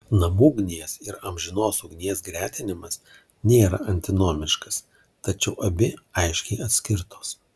namų ugnies ir amžinos ugnies gretinimas nėra antinomiškas tačiau abi aiškiai atskirtos